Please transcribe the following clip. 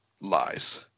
lies